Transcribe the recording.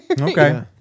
Okay